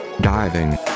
diving